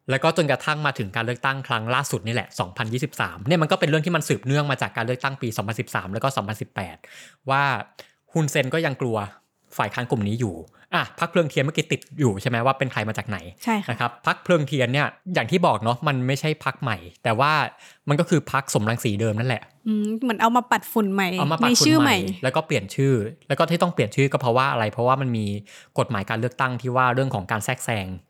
แล้วก็จนกระทั่งมาถึงการเลือกตั้งครั้งล่าสุดนี่แหละ 2023 เนี่ยมันก็เป็นเรื่องที่มันสืบเนื่องมาจากการเลือกตั้งปี 2013 แล้วก็ 2018 ว่าฮุนเซนก็ยังกลัวฝ่ายค้านกลุ่มนี้อยู่ อ่ะ พรรคเพลิงเทียนเมื่อกี้ติดอยู่ใช่ไหมว่าเป็นใครมาจากไหน?ใช่ค่ะนะครับ พรรคเพลิงเทียนเนี่ยอย่างที่บอกเนอะ มันไม่ใช่พรรคใหม่ แต่ว่ามันก็คือพรรคสมรังสีเดิมนั่นแหละอืม เหมือนเอามาปัดฝุ่นใหม่เอามาปัดในชื่อฝุ่นใหม่ใหม่แล้วก็เปลี่ยนชื่อ แล้วก็ที่ต้องเปลี่ยนชื่อก็เพราะว่าอะไร? เพราะว่ามันมีกฎหมายการเลือกตั้งที่ว่าเรื่องของการแทรกแซง